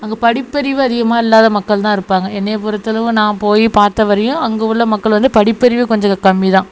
அங்கே படிப்பறிவு அதிகமாக இல்லாத மக்கள் தான் இருப்பாங்க என்னைய பொருத்தளவு நான் போய் பார்த்தா வரையும் அங்கே உள்ள மக்கள் வந்து படிப்பறிவு கொஞ்சம் கம்மிதான்